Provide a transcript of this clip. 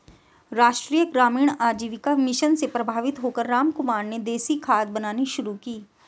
राष्ट्रीय ग्रामीण आजीविका मिशन से प्रभावित होकर रामकुमार ने देसी खाद बनानी शुरू की